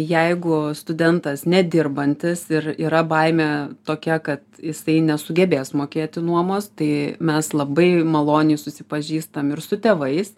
jeigu studentas nedirbantis ir yra baimė tokia kad jisai nesugebės mokėti nuomos tai mes labai maloniai susipažįstam ir su tėvais